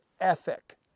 ethic